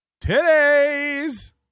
Today's